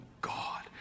God